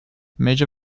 major